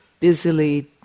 busily